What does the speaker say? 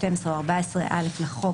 12 או 14(א) לחוק,